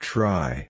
Try